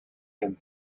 him